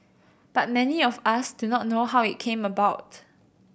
but many of us do not know how it came about